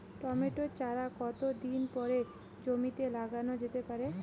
Tomato চারা কতো দিন পরে জমিতে লাগানো যেতে পারে?